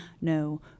no